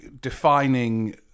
defining